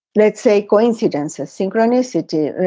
let's say coincidence, a synchronicity.